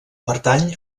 pertany